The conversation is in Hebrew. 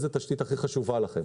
איזו תשתית הכי חשובה לכם.